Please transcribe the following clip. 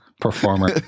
performer